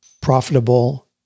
profitable